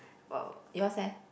what were yours leh